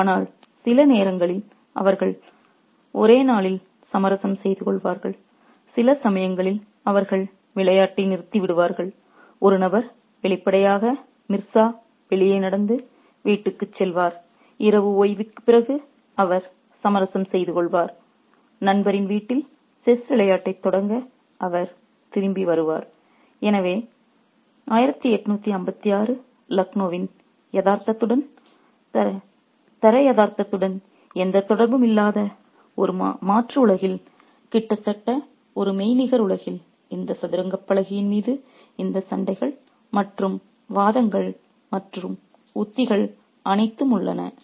ஆனால் சில நேரங்களில் அவர்கள் ஒரே நாளில் சமரசம் செய்து கொள்வார்கள் சில சமயங்களில் அவர்கள் விளையாட்டை நிறுத்திவிடுவார்கள் ஒரு நபர் வெளிப்படையாக மிர்சா வெளியே நடந்து வீட்டிற்குச் செல்வார் இரவு ஓய்வுக்குப் பிறகு அவர் சமரசம் செய்து கொள்வார் நண்பரின் வீட்டில் செஸ் விளையாட்டைத் தொடங்க அவர் திரும்பி வருவார் எனவே 1856 லக்னோவின் யதார்த்தத்துடன் தரை யதார்த்தத்துடன் எந்த தொடர்பும் இல்லாத ஒரு மாற்று உலகில் கிட்டத்தட்ட ஒரு மெய்நிகர் உலகில் இந்த சதுரங்கப் பலகையின் மீது இந்த சண்டைகள் மற்றும் வாதங்கள் மற்றும் உத்திகள் அனைத்தும் உள்ளன